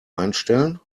einstellen